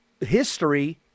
history